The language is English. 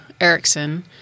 Erickson